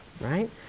right